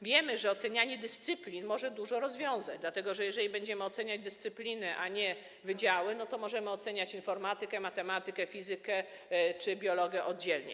Wiemy, ze ocenianie dyscyplin może dużo rozwiązać, dlatego że jeżeli będziemy oceniać dyscyplinę, a nie wydziały, to możemy oceniać informatykę, matematykę, fizykę czy biologię oddzielnie.